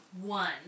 one